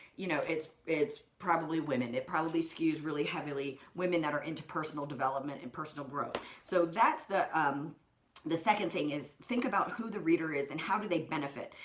you know, it's it's probably women. it probably skews really heavily women that are into personal development and personal growth. so that's the um the second thing is, think about who the reader is and how do they benefit.